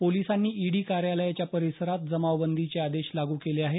पोलिसांनी ईडी कार्यालयाच्या परिसरात जमावबंदीचे आदेश लागू केले आहेत